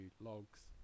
logs